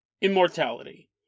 immortality